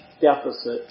deficit